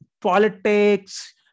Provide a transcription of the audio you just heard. Politics